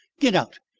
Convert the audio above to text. get out,